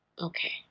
Okay